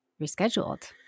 rescheduled